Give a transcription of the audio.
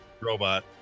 Robot